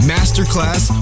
Masterclass